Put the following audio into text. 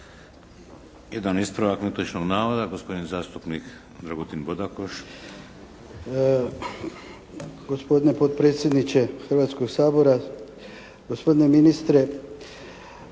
Jedan ispravak netočnog navoda gospodin zastupnik Dragutin Bodakoš. **Bodakoš, Dragutin (SDP)** Gospodine potpredsjedniče Hrvatskoga sabora, gospodine ministre,